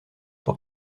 pour